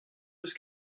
eus